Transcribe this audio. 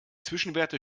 zwischenwerte